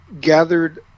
gathered